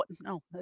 No